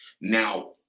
Now